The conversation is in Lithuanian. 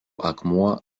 akmuo